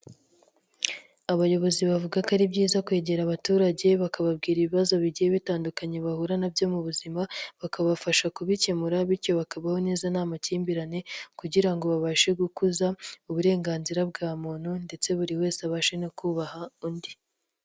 Abayobozi bavuga ko ari byiza kwegera abaturage bakababwira ibibazo bigiye bitandukanye bahura nabyo mu buzima, bakabafasha kubikemura bityo bakabaho neza n'amakimbirane kugira ngo babashe gukuza uburenganzira bwa muntu, ndetse buri wese abashe no kubaha undi.